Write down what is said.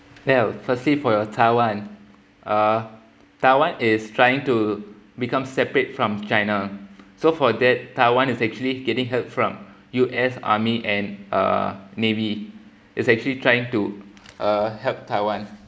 well firstly for your taiwan uh taiwan is trying to become separate from china so for that taiwan is actually getting help from U_S army and uh navy is actually trying to uh help taiwan